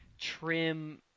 trim